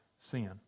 sin